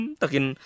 takin